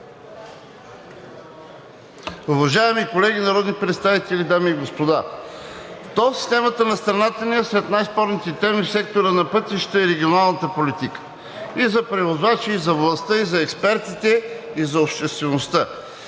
Уважаеми колеги, народни представители, дами и господа! Тол системата на страната ни е сред най-спорните теми в сектора на пътищата и регионалната политика – и за превозвачи, и за властта, и за експертите, и за обществеността.